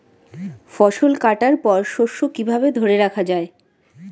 ফসল কাটার পর শস্য কিভাবে ধরে রাখা য়ায়?